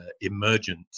emergent